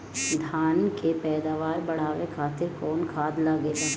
धान के पैदावार बढ़ावे खातिर कौन खाद लागेला?